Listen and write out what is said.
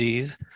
Gs